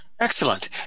Excellent